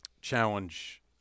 challenge